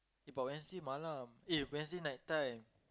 but Wednesday malam eh Wednesday night time